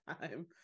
time